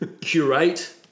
curate